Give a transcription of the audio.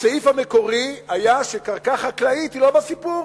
בסעיף המקורי היה שקרקע חקלאית היא לא בסיפור.